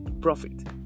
profit